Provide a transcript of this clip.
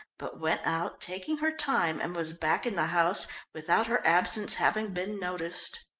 but went out, taking her time, and was back in the house without her absence having been noticed.